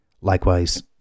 Likewise